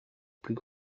plus